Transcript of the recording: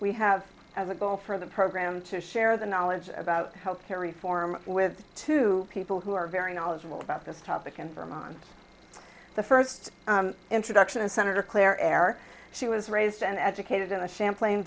we have as a goal for the program to share the knowledge about health care reform with two people who are very knowledgeable about this topic and i'm on the first introduction of senator claire air she was raised and educated in a champla